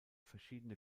verschiedene